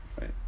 Right